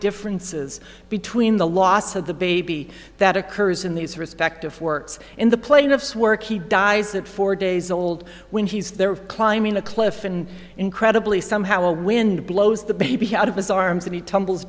differences between the loss of the baby that occurs in these respective works in the plaintiff's work he dies at four days old when he's there climbing a cliff and incredibly somehow a wind blows the baby out of his arms and he tumbles